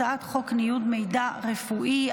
הצעת חוק ניוד מידע רפואי,